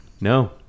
No